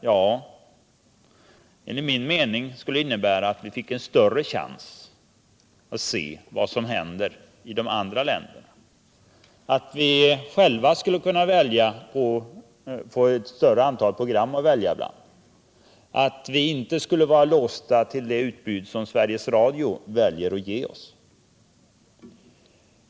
Ja, enligt min mening skulle den innebära större chanser för oss att se vad som händer i de andra länderna, och vi skulle få ett större antal program att välja på. Vi behövde då inte vara låsta till det programutbud som Sveriges Radio väljer att ge oss.